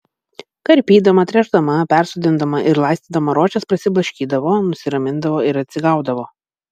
karpydama tręšdama persodindama ir laistydama rožes prasiblaškydavo nusiramindavo ir atsigaudavo